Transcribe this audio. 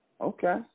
Okay